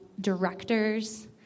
directors